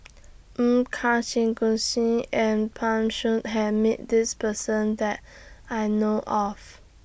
Karthigesu and Pan Shou has Met This Person that I know of